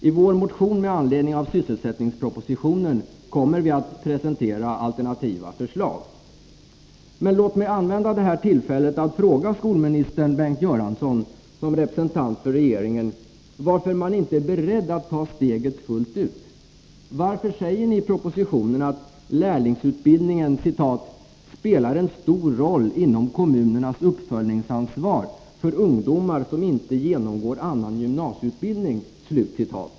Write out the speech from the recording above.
I vår motion med anledning av sysselsättningspropositionen kommer vi att presentera alternativa förslag. Låt mig använda det här tillfället att fråga skolminister Bengt Göransson som regeringens representant varför man inte är beredd att ta steget fullt ut. Varför säger ni i propositionen att lärlingsutbildningen ”spelar en stor roll inom kommunernas uppföljningsansvar för ungdomar som inte genomgår annan gymnasieutbildning”?